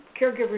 caregivers